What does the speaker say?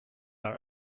are